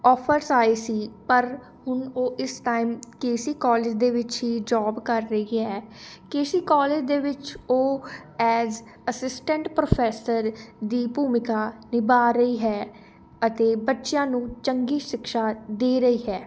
offers ਆਏ ਸੀ ਪਰ ਹੁਣ ਉਹ ਇਸ ਟਾਈਮ ਕੇਸੀ ਕੋਲੇਜ ਦੇ ਵਿੱਚ ਹੀ ਜੋਬ ਕਰ ਰਹੀ ਹੈ ਕੇਸੀ ਕੋਲੇਜ ਦੇ ਵਿੱਚ ਉਹ ਐਜ ਅਸਿਸਟੈਂਟ ਪ੍ਰੋਫੈਸਰ ਦੀ ਭੂਮਿਕਾ ਨਿਭਾ ਰਹੀ ਹੈ ਅਤੇ ਬੱਚਿਆਂ ਨੂੰ ਚੰਗੀ ਸ਼ਿਕਸ਼ਾ ਦੇ ਰਹੀ ਹੈ